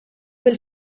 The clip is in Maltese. bil